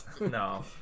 No